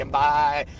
bye